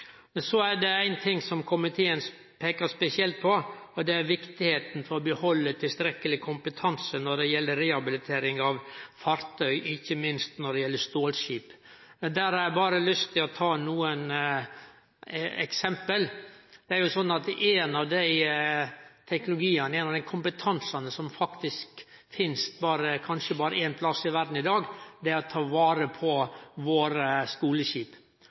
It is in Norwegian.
Så er det ein ting som komiteen peikar spesielt på, og det er viktigheita av å få behalde tilstrekkeleg kompetanse når det gjeld rehabilitering av fartøy, ikkje minst når det gjeld stålskip. Der har eg berre lyst til å ta nokre eksempel. Ein av teknologiane, kompetansane, som faktisk kanskje finst berre ein plass i verda i dag, er å ta vare på våre skoleskip.